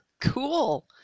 Cool